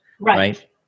Right